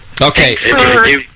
Okay